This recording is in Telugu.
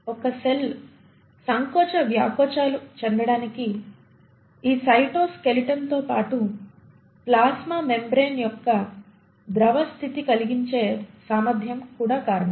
ఒక సెల్ సంకోచ వ్యాకోచాలు చెందడానికి ఈ సైటోస్కెలెటన్ తో పాటు ప్లాస్మా మెంబ్రేన్ యొక్క ద్రవ స్థితి కలిగించే సామర్ధ్యం కూడా కారణం